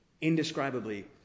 indescribably